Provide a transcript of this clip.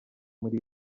muri